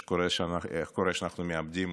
איך קורה שאנחנו מאבדים